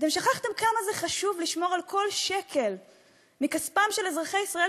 אתם שכחתם כמה חשוב לשמור על כל שקל מכספם של אזרחי ישראל,